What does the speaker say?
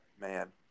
man